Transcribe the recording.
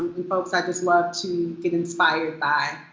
and folks i just love to get inspired by.